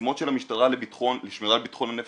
המשימות של המשטרה לשמירה על ביטחון הנפש